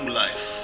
life